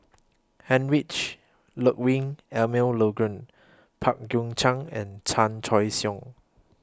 Heinrich Ludwig Emil Luering Pang Guek Cheng and Chan Choy Siong